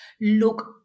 Look